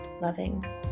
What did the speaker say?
loving